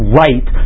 right